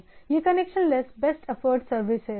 यह connection less best effort service है right